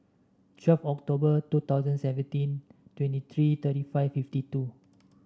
twelve October two thousand seventeen twenty three thirty five fifty two